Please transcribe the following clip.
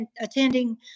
attending